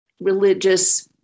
religious